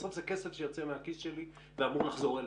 בסוף זה כסף שיוצא מהכיס שלי ואמור לחזור אלי.